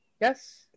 Yes